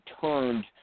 turned